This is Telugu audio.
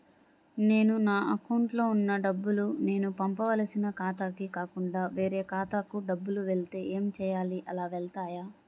నేను నా అకౌంట్లో వున్న డబ్బులు నేను పంపవలసిన ఖాతాకి కాకుండా వేరే ఖాతాకు డబ్బులు వెళ్తే ఏంచేయాలి? అలా వెళ్తాయా?